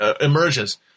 emerges